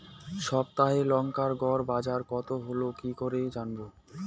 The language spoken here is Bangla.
সপ্তাহে লংকার গড় বাজার কতো হলো কীকরে জানবো?